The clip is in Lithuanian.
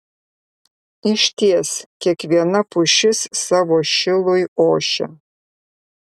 išties kiekviena pušis savo šilui ošia